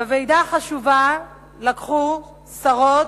בוועידה החשובה לקחו חלק שרות,